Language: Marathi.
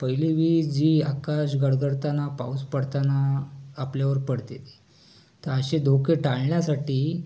पहिलीली वीज ही आकाश गडगडताना पाऊस पडताना आपल्यावर पडते तर असे धोके टाळण्यासाठी